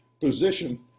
position